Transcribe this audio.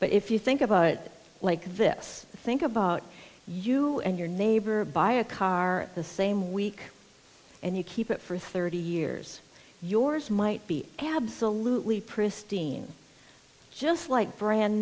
but if you think about what like this think about you and your neighbor buy a car the same week and you keep it for thirty years yours might be absolutely pristine just like brand